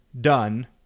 done